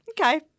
Okay